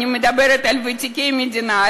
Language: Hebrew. אני מדברת על ותיקי המדינה,